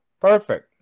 Perfect